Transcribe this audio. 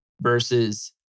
Versus